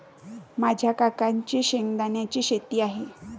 माझ्या काकांची शेंगदाण्याची शेती आहे